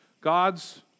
God's